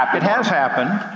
um it has happened.